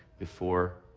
before,